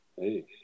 Hey